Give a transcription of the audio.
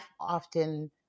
often